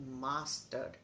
mastered